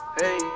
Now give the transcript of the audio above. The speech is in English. Hey